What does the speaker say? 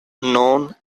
known